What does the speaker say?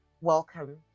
welcome